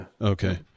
Okay